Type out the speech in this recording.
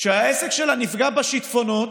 שהעסק שלה נפגע בשיטפונות,